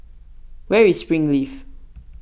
where is Springleaf